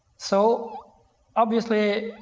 so obviously,